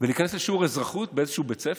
להיכנס לשיעור אזרחות באיזשהו בית ספר,